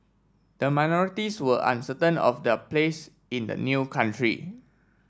the minorities were uncertain of their place in the new country